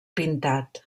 pintat